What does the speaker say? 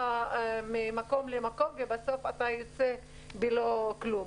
ממקום למקום ובסוף אתה יוצא בלא כלום.